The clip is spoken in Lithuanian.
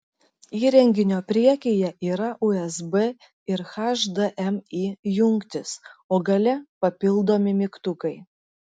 įrenginio priekyje yra usb ir hdmi jungtys o gale papildomi mygtukai